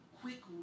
quick